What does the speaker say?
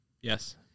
Yes